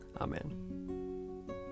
amen